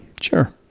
Sure